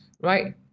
right